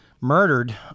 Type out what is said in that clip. murdered